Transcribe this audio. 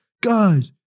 Guys